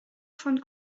von